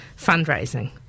fundraising